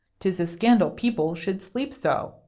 tis a scandal people should sleep so.